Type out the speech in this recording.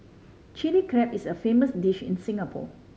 Chilli Crab is a famous dish in Singapore